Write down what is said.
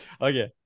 Okay